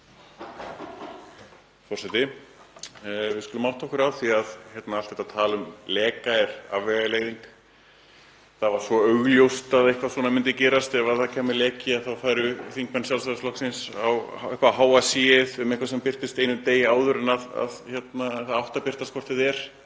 Forseti. Við skulum átta okkur á því að allt þetta tal um leka er afvegaleiðing. Það var svo augljóst að eitthvað svona myndi gerast, að ef það yrði leki færu þingmenn Sjálfstæðisflokksins upp á háa C-ið um eitthvað sem birtist einum degi áður en það átti að birtast hvort eð er.